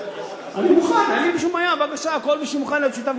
במהלך השנים ותתחבר לחבר הכנסת פיניאן,